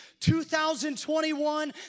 2021